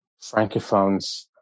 francophones